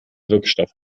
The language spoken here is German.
wirkstoff